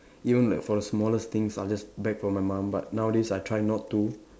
even like for the smallest things I'll just beg from my mum but nowadays I try not to